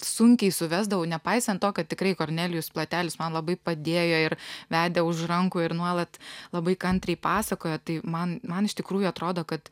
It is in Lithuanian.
sunkiai suvesdavau nepaisant to kad tikrai kornelijus platelis man labai padėjo ir vedė už rankų ir nuolat labai kantriai pasakojo tai man man iš tikrųjų atrodo kad